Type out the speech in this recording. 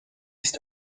ist